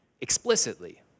explicitly